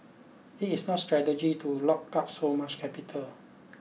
it is not strategic to lock up so much capital